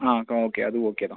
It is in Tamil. ஆ ஓகே அது ஓகே தான்